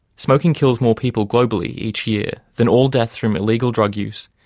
smoking kills more people globally each year than all deaths from illegal drug use,